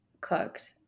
cooked